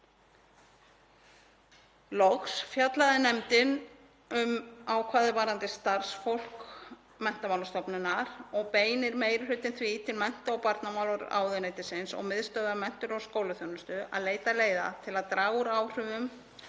Loks fjallaði nefndin um ákvæðið varðandi starfsfólk Menntamálastofnunar og beinir meiri hlutinn því til mennta- og barnamálaráðuneytisins og Miðstöðvar menntunar og skólaþjónustu að leita leiða til að draga úr áhrifum